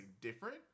different